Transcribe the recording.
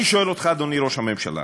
אני שואל אותך, אדוני ראש הממשלה.